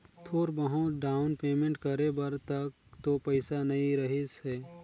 थोर बहुत down payment करे बर तक तो पइसा नइ रहीस हे